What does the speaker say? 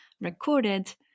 recorded